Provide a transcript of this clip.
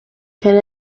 can